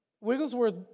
Wigglesworth